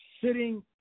sitting